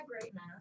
greatness